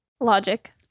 Logic